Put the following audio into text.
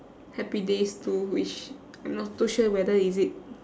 happy days too which I'm not too sure whether is it